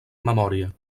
memòria